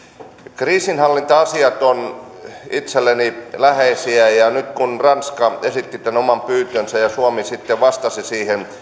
kriisinhallinta asiat ovat itselleni läheisiä ja nyt kun ranska esitti tämän oman pyyntönsä ja suomi sitten vastasi siihen